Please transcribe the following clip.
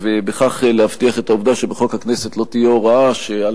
ובכך להבטיח את העובדה שבחוק הכנסת לא תהיה הוראה שעל